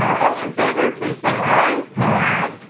all in favor, please say aye. aye.